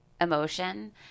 emotion